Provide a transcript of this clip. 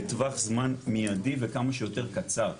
בטווח זמן מידי וכמה שיותר קצר.